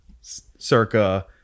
Circa